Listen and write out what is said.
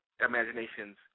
imaginations